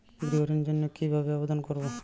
গৃহ ঋণ জন্য কি ভাবে আবেদন করব?